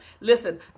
Listen